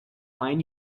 find